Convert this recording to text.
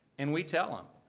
and we tell them,